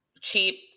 cheap